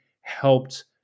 helped